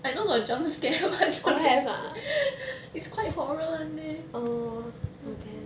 I know got jump scare [one] it's quite horror [one] leh